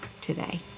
today